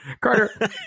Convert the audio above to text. Carter